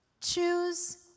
Choose